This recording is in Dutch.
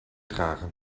dragen